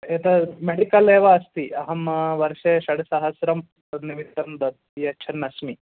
एतत् मेडिकल् एव अस्ति अहं वर्षे षड्सहस्रं तन्निमित्तं द यच्छन् अस्मि